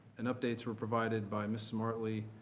and updates were provided by ms. martley,